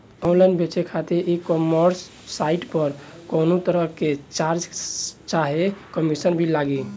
Online बेचे खातिर e commerce site पर कौनोतरह के चार्ज चाहे कमीशन भी लागी?